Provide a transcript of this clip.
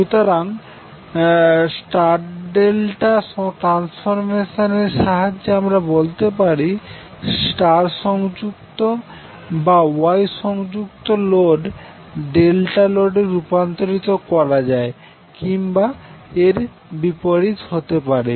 সুতরাং star delta transformation এর সাহায্যে আমরা বলতে পারি স্টার সংযুক্ত বা ওয়াই সংযুক্ত লোড ডেল্টা লোডে রূপান্তর করা যায় কিংবা এর বিপরীত হতে পারে